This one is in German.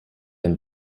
ein